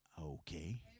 Okay